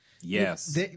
Yes